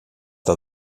dat